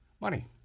Money